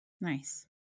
nice